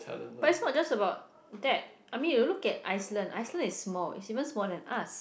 but it's not just about that I mean you look at Iceland Iceland is small it's even small than us